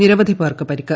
നിരവധി പേർക്ക് പരിക്ക്